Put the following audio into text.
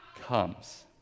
comes